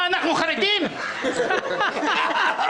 ההודעה